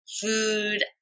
food